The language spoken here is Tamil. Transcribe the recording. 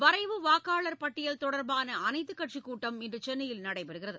வரைவு வாக்காளர் பட்டியல் தொடர்பான அனைத்துக்கட்சி கூட்டம் இன்று சென்னையில் நடைபெறுகிறது